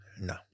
No